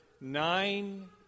nine